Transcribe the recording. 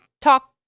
talk